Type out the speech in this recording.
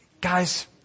guys